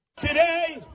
Today